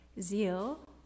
zeal